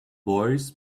boys